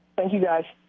thank you guys.